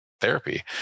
therapy